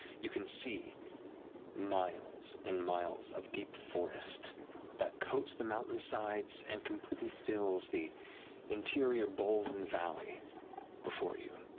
you can see miles and miles of deep forest that coats the mountainsides and completely fills the interior bowl and valley before you.